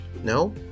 No